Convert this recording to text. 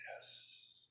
Yes